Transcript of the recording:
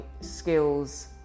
skills